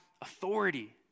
authority